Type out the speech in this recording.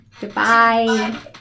Goodbye